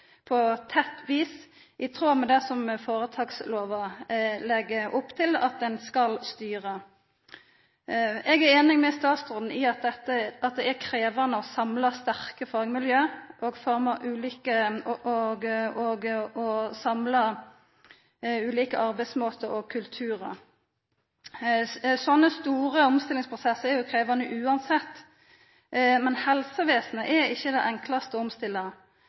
på tett vis, i tråd med det som føretakslova legg opp til at ein skal styra. Eg er einig med statsråden i at det er krevjande å samla sterke fagmiljø og ulike arbeidsmåtar og kulturar. Slike store omstillingsprosessar er jo krevjande uansett. Men helsevesenet er ikkje det enklaste å omstilla.